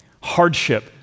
hardship